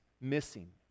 missing